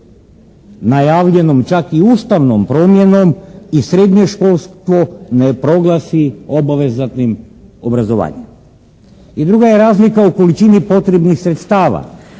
najavljenom čak i ustavnom promjenom i srednje školstvo ne proglasi obvezatnim obrazovanjem. I druga je razlika u količini potrebnih sredstava.